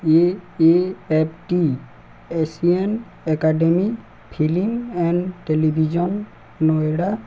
A F T Asian academy film and television Noida